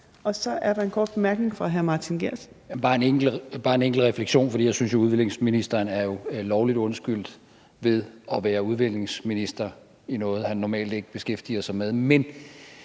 Geertsen (V): Jeg har bare en enkelt refleksion, for jeg synes, udviklingsministeren jo er lovligt undskyldt ved at være udviklingsminister og stå med noget, han normalt ikke beskæftiger sig med.